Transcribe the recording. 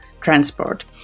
transport